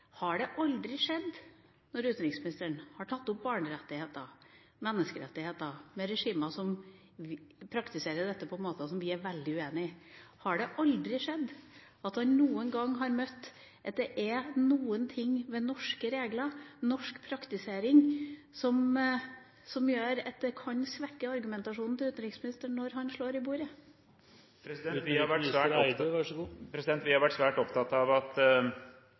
Har det aldri noen gang skjedd når utenriksministeren har tatt opp barnerettigheter, menneskerettigheter, med regimer som praktiserer dette på måter som vi er veldig uenig i, at han har møtt noe ved norske regler, norsk praktisering, som kan svekke argumentasjonen når han slår i bordet? Vi har vært svært opptatt av at